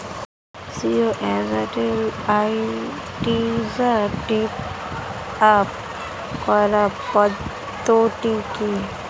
Jio Airtel Idea top up করার পদ্ধতি কি?